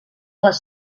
les